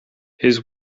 his